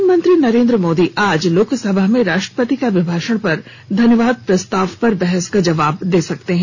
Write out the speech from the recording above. प्रधानमंत्री नरेन्द्र मोदी आज लोकसभा में राष्ट्रपति के अभिभाषण पर धन्यवाद प्रस्ताव पर बहस का जवाब दे सकते हैं